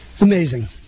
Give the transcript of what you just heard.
Amazing